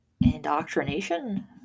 indoctrination